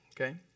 Okay